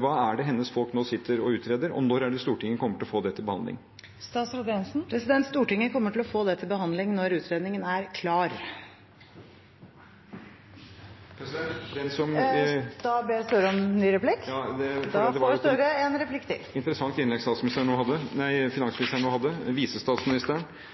Hva sitter hennes folk nå og utreder, og når kommer Stortinget til å få det til behandling? Stortinget kommer til å få det til behandling når utredningen er klar. Jonas Gahr Støre – til oppfølgingsspørsmål. Det var et interessant innlegg finansministeren – visestatsministeren – nå hadde, og som nå sendte dette signalet: Den som ikke vil ha noe gjort, bestiller en